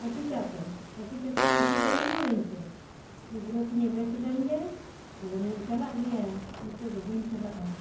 ᱠᱟᱹᱴᱤ ᱠᱟᱜ ᱯᱮ ᱠᱟᱹᱴᱤ ᱠᱟᱛᱮ ᱯᱩᱭᱥᱟᱹ ᱫᱚ ᱮᱢ ᱨᱩᱭᱟᱹᱲᱟᱹᱧ ᱯᱮ ᱜᱤᱫᱽᱨᱟᱹ ᱛᱤᱧᱟᱹ ᱵᱮᱥ ᱞᱮᱱ ᱜᱮᱭᱟ ᱟᱫᱚ ᱱᱟᱦᱟᱜ ᱤᱧ ᱪᱟᱞᱟᱜ ᱜᱮᱭᱟ ᱱᱤᱛᱳᱜ ᱫᱚ ᱵᱟᱹᱧ ᱪᱟᱞᱟᱜᱼᱟ